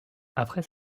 après